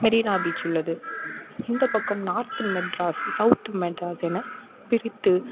Marina beach உள்ளது இந்த பக்கம் நார்த் மெட்ராஸ் சௌத் மெட்ராஸ் என பிரித்து